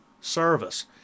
service